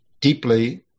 deeply